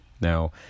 Now